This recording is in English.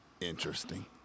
interesting